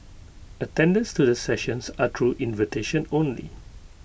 attendance to the sessions are crew invitation only